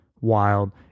wild